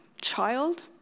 child